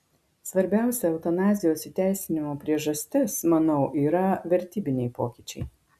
svarbiausia eutanazijos įteisinimo priežastis manau yra vertybiniai pokyčiai